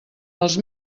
els